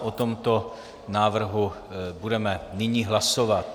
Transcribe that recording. O tomto návrhu budeme nyní hlasovat.